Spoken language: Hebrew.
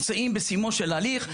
אנחנו נמצאים בסיומו של ההליך,